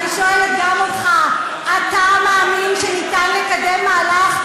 אני קוראת אותך לסדר פעם ראשונה.